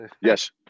Yes